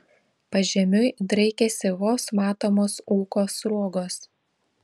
pažemiui draikėsi vos matomos ūko sruogos